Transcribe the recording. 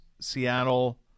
Seattle